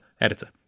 editor